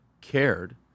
cared